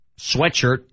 sweatshirt